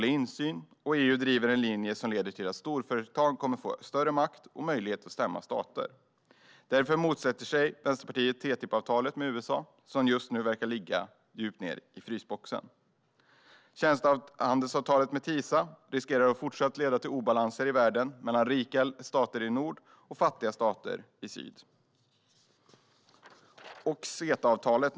Insynen är för dålig, och EU driver en linje som leder till att storföretag kommer att få större makt och möjlighet att stämma stater. Därför motsätter sig Vänsterpartiet TTIP-avtalet med USA, som just nu verkar ligga djupt nere i frysboxen. Tjänstehandelsavtalet TISA riskerar att leda till att obalansen i världen, mellan rika stater i nord och fattigare stater i syd, består även i fortsättningen.